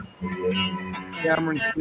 Cameron